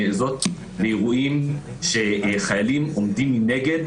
זאת באירועים שחיילים עומדים מנגד,